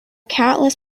countless